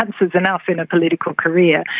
once was enough in a political career.